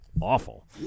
Awful